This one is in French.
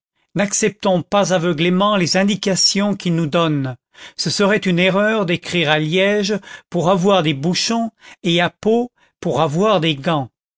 n'acceptons pas aveuglément les indications qu'ils nous donnent ce serait une erreur d'écrire à liège pour avoir des bouchons et à pau pour avoir des gants